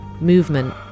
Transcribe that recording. Movement